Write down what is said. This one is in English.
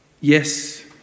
Yes